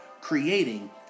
creating